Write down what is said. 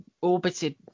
orbited